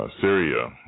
Syria